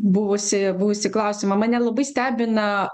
buvusį buvusį klausimą mane labai stebina